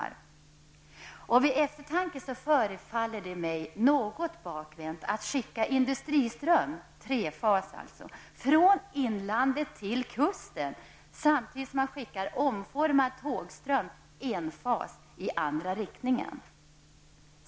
Vid närmare eftertanke förefaller det mig något bakvänt att skicka industriström, 3-fas från inlandet till kusten samtidigt som omformad tågström, 1-fas, skickas i andra riktningen.